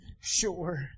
sure